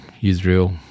Israel